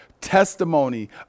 testimony